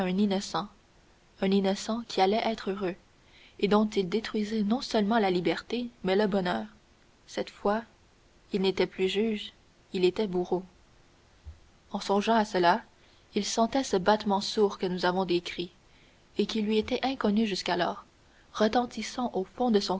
innocent un innocent qui allait être heureux et dont il détruisait non seulement la liberté mais le bonheur cette fois il n'était plus juge il était bourreau en songeant à cela il sentait ce battement sourd que nous avons décrit et qui lui était inconnu jusqu'alors retentissant au fond de son